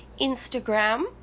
Instagram